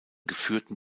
geführten